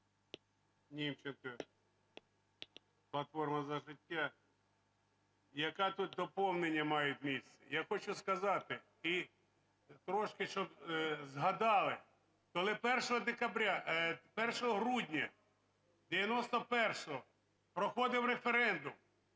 Німченко, платформа "За життя". Яке тут доповнення мають місце. Я хочу сказати і трошки, щоб згадали. Коли 1 декабря… 1 грудня 1991-го проходив референдум